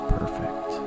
perfect